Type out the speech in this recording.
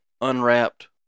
unwrapped